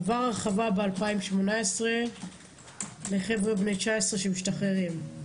הורחב ב-2018 לחבר'ה בני 19 שמשתחררים.